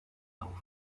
auf